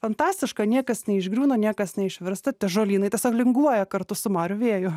fantastiška niekas neišgriūna niekas neišvirsta tie žolynai tiesiog linguoja kartu su marių vėju